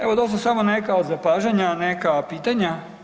Evo to su samo neka od zapažanja, neka pitanja.